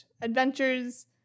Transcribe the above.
adventures